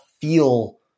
feel